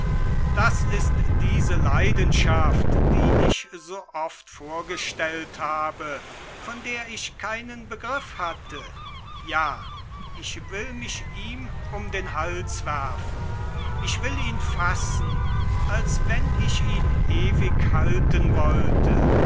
das ist diese leidenschaft die ich so oft vorgestellt habe von der ich keinen begriff hatte ja ich will mich ihm um den hals werfen ich will ihn fassen als wenn ich ihn ewig halten wollte